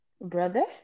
Brother